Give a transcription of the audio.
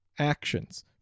actions